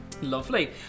Lovely